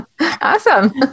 Awesome